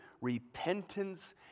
repentance